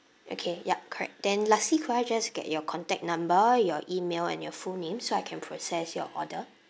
okay yup correct then lastly could I just get your contact number your email and your full name so I can process your order